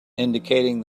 indicating